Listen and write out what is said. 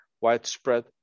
widespread